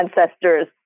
ancestors